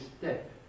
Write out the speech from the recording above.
step